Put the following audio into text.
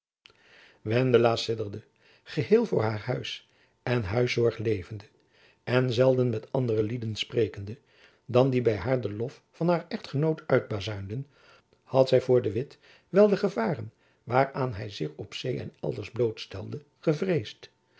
wendela sidderde geheel voor haar huis enhuiszorg levende en zelden met andere lieden sprekende dan die by haar den lof van haar echtgenoot uitbazuinden had zy voor de witt wel de gevaren waaraan hy zich op zee en elders blootstelde gevreesd